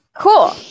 Cool